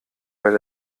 weil